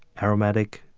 aromatic,